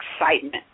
excitement